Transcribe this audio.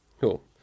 cool